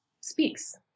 speaks